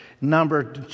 Number